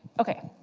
ok,